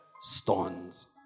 stones